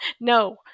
no